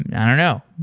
i don't know.